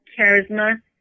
Charisma